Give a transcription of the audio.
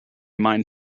mined